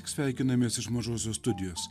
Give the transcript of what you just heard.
sveikinamės iš mažosios studijos